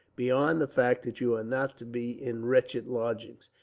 beyond the fact that you are not to be in wretched lodgings,